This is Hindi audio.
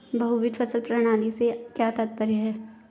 बहुविध फसल प्रणाली से क्या तात्पर्य है?